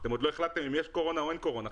עוד לא החלטתם אם יש קורונה או אין קורונה.